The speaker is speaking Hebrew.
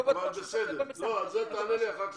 על זה תענה לי אחר כך,